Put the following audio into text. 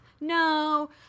No